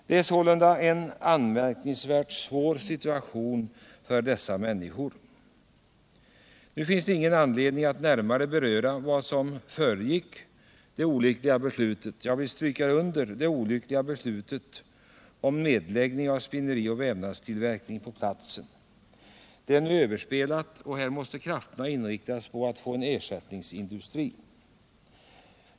Det är sålunda en anmärkningsvärt svår situation för dessa människor. Nu finns det ingen anledning att ytterligare beröra vad som föregick det olyckliga — jag vill understryka: det olyckliga — beslutet om nedläggningen av spinnerioch väveriverksamheten på platsen. Det är nu överspelat, och här måste krafterna inriktas på att få en ersättningsindustri.